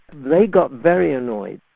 they got very annoyed.